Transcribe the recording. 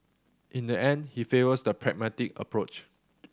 in the end he favours the pragmatic approach